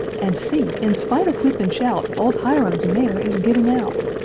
and see! in spite of whip and shout, old hiram's mare is giving out!